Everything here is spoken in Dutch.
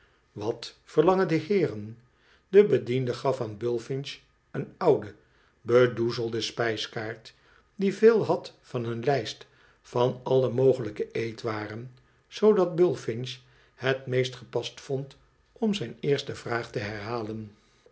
wat verlangen de heeren de bediende gaf aan bullfinch een oude bezoedelde spijskaart die veel had van een lijst van alle mogelijke eetwaren zoodat bullfinch het meest gepast vond om zijn eerste vraag te herhalen